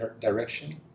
direction